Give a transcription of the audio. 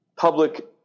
public